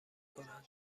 کنند